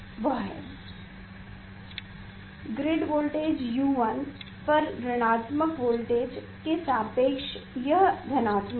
यह grid voltage U1 पर ऋणात्मक वोल्टेज के सापेक्ष है यह ऋणातत्मक है